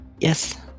Yes